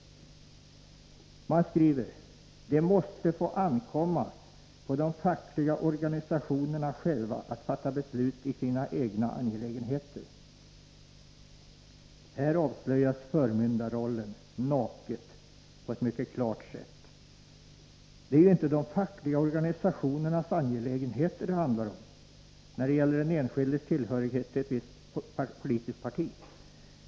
Man skriver: ”Det måste få ankomma på de fackliga organisationerna själva att fatta beslut i sina egna angelägenheter.” Här avslöjas förmyndarrollen på ett mycket klart sätt. Det är ju inte de fackliga organisationernas angelägenheter det handlar om när det gäller den enskildes tillhörighet till ett visst politiskt parti.